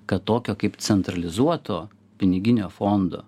kad tokio kaip centralizuoto piniginio fondo